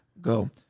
go